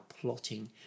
plotting